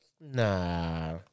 Nah